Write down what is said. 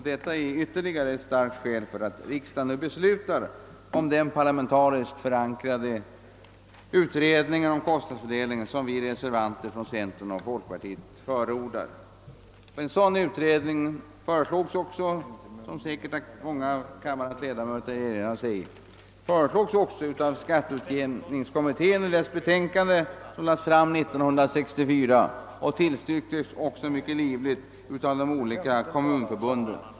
Detta är ytterligare ett starkt skäl för att riksdagen beslutar om den parlamentariskt förankrade utredning om kostnadsfördelningen som vi reservanter från centern och folkpartiet förordar. Som många av kammarens ledamöter säkert erinrar sig föreslogs också en sådan utredning av skatteutjämningskommittén i dess betänkande som lades fram 1964 och som mycket livligt tillstyrktes av de olika kommunförbunden.